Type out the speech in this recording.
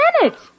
minute